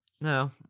No